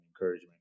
encouragement